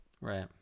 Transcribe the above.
right